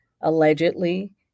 allegedly